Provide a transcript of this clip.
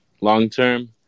long-term